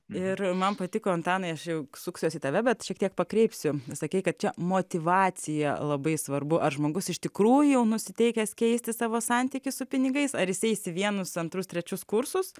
ir man patiko antanai aš jau suksiuos į tave bet šiek tiek pakreipsiu sakei kad čia motyvacija labai svarbu ar žmogus iš tikrųjų jau nusiteikęs keisti savo santykį su pinigais ar jis eis į vienus antrus trečius kursus